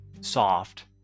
soft